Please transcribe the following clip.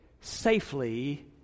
safely